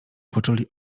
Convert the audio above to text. poczuli